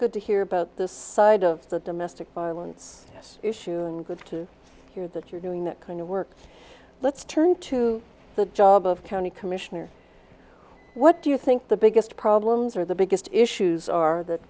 good to hear about this side of the domestic violence this issuing good to hear that you're doing that kind of work let's turn to the job of county commissioner what do you think the biggest problems or the biggest issues are th